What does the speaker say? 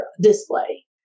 display